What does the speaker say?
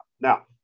Now